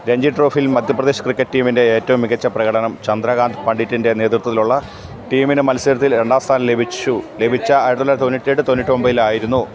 രഞ്ജി ട്രോഫിയിൽ മധ്യപ്രദേശ് ക്രിക്കറ്റ് ടീമിന്റെ ഏറ്റവും മികച്ച പ്രകടനം ചന്ദ്രകാന്ത് പണ്ഡിറ്റിന്റെ നേതൃത്വത്തിലുള്ള ടീമിന് മത്സരത്തിൽ രണ്ടാം സ്ഥാനം ലഭിച്ചു ലഭിച്ച ആയിരത്തി തൊള്ളായിരത്തി തൊണ്ണൂറ്റി എട്ട് തൊണ്ണൂറ്റി ഒമ്പതിൽ ആയിരുന്നു